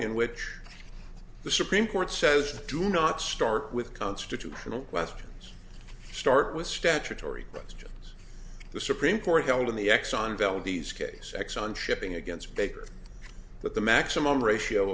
in which the supreme court says do not start with constitutional questions start with statutory questions the supreme court held in the exxon valdez case exxon shipping against baker that the maximum ratio